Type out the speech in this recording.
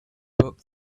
book